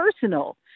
personal